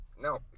No